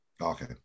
Okay